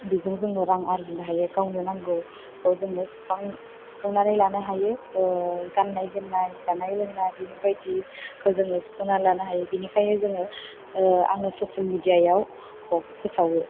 बिजों जोङो रां आर्जिनो हायो गावनो नांगौखौ जोङो सुफुंनानै लानो हायो गाननाय जोमनाय जानाय लोंनाय बेफोरबायदिखौ जोङो सुफुंनानै लानो हायो बेनिखायनो जोङो आङो ससियेल मिडिया आव फोसावो